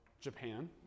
Japan